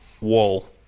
wall